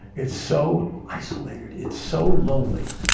it's so isolated it's so lonely